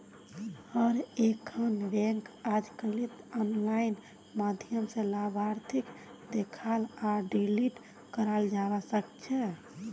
हर एकखन बैंकत अजकालित आनलाइन माध्यम स लाभार्थीक देखाल आर डिलीट कराल जाबा सकेछे